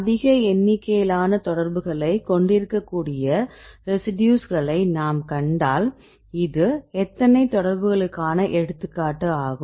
அதிக எண்ணிக்கையிலான தொடர்புகளைக் கொண்டிருக்கக்கூடிய ரெசிடியூஸ்களை நாம் கண்டால் இது எத்தனை தொடர்புகளுக்கான எடுத்துக்காட்டு ஆகும்